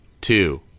Two